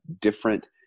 different